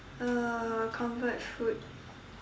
uh comfort food